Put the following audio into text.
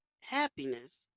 happiness